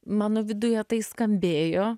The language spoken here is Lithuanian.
mano viduje tai skambėjo